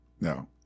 No